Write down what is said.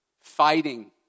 fighting